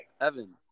Evan